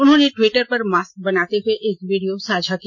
उन्होंने ट्विटर पर मास्क बनाते हुए एक वीडियो साझा किया